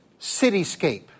cityscape